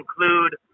include